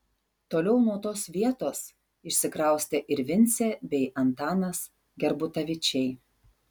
toliau nuo tos vietos išsikraustė ir vincė bei antanas gerbutavičiai